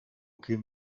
kämen